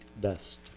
dust